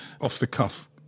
off-the-cuff